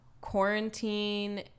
quarantine